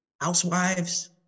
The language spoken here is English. housewives